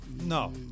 No